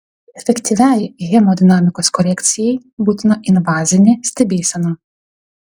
efektyviai hemodinamikos korekcijai būtina invazinė stebėsena